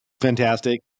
Fantastic